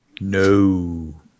No